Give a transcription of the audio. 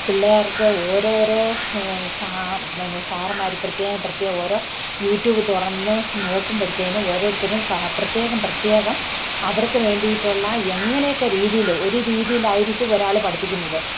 പിള്ളേർക്ക് ഓരോരോ സാറന്മാർ പ്രത്യേകം പ്രത്യേകം ഓരോ യൂട്യൂബ് തുറന്നു നോക്കുമ്പഴത്തേക്കും ഓരോരുത്തനും പ്രത്യേകം പ്രത്യേകം അവർക്ക് വേണ്ടിയിട്ടുള്ള എങ്ങനെയൊക്കെ രീതിയിൽ ഒരു രീതിയിലായിരിക്കും ഒരാൾ പഠിപ്പിക്കുന്നത്